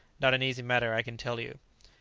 not an easy matter, i can tell you.